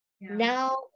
now